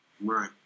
Right